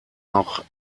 noch